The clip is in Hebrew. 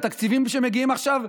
התקציבים שמגיעים עכשיו,